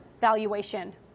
valuation